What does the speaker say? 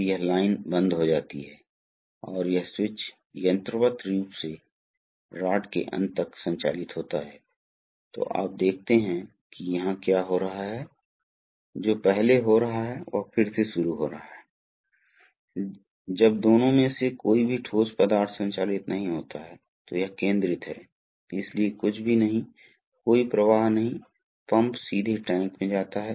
तो यह piston pump की चाल है और स्वाभाविक रूप से प्रवाह की दर जिसे आप वितरित कर सकते हैं की संख्या पर निर्भर करता है चक्रों की संख्या क्या है कुल प्रवाह दर क्या है जो पिस्टन की संख्या और संख्या पर निर्भर करती है इसलिए एक रोटेशन के दौरान प्रत्येक पिस्टन द्रव वितरित करेगा जो अपनी मात्रा के बराबर है इसलिए यदि प्रति सेकंड घुमाव की संख्या X है तो उस संख्या में X वास्तव में उस दबाव में वितरित हो जाएगा